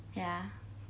ya